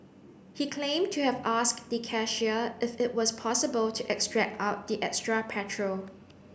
he claimed to have asked the cashier if it was possible to extract out the extra petrol